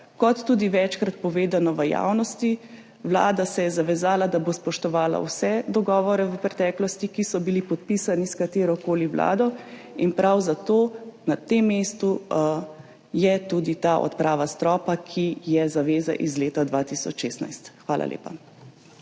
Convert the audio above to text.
Kot tudi večkrat povedano v javnosti, Vlada se je zavezala, da bo spoštovala vse dogovore v preteklosti, ki so bili podpisani s katerokoli vlado, in prav zato je na tem mestu tudi ta odprava stropa, ki je zaveza iz leta 2016. Hvala lepa.